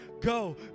Go